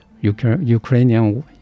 Ukrainian